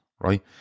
right